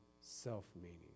self-meaning